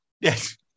Yes